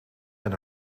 met